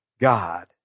God